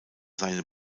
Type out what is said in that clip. seine